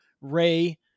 Ray